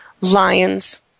lions